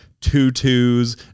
tutus